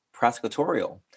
prosecutorial